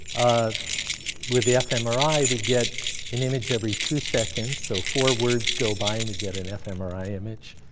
ah with the fmri we get an image every two seconds. so four words go by and we get an fmri image.